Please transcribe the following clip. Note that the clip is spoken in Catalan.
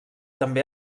també